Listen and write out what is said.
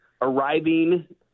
arriving